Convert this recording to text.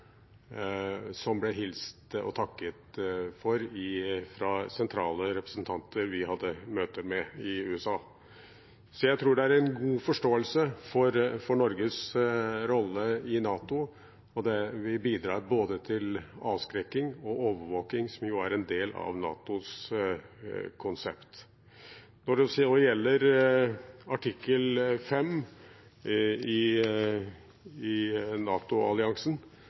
som ble takket for av sentrale representanter vi hadde møte med i USA. Jeg tror det er en god forståelse for Norges rolle i NATO, og vi bidrar til både avskrekking og overvåking, som er en del av NATOs konsept. Når det gjelder artikkel 5 i